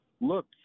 look